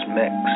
mix